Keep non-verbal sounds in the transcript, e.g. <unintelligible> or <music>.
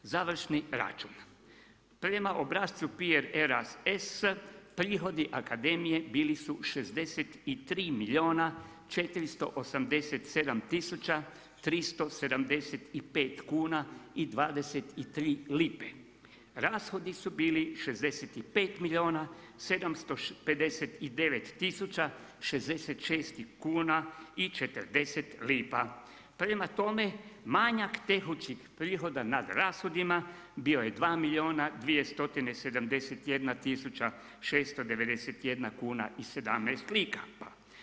Završni račun prema obrascu… <unintelligible> prihode akademije bili su 63 milijuna 487 tisuća 375 kuna i 23 lipe, rashodi su bili 65 milijuna 759 tisuća 66 kuna i 40 lipa, prema tome manjak tekućih prihoda nad rashodima, bio je 2 milijuna 271 tisuća 691 kuna i 17 lipa.